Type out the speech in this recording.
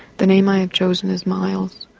the name i have chosen is miles.